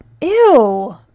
Ew